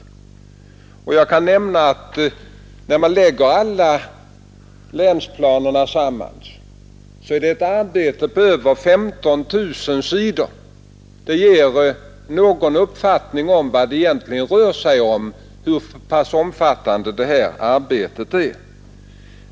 Jag kan nämna att när man lägger alla länsplanerna samman utgör de ett arbete på över 15 000 sidor. Det ger någon uppfattning om vad det egentligen rör sig om och hur pass omfattande det här arbetet är.